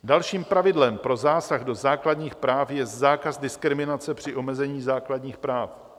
Dalším pravidlem pro zásah do základních práv je zákaz diskriminace při omezení základních práv.